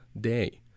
day